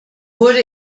wurde